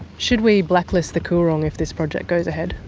should we blacklist the coorong if this project goes ahead?